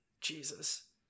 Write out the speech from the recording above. jesus